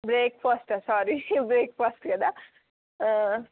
బ్రేక్ఫాస్టా sorry breakfast కదా